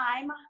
time